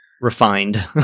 refined